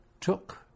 took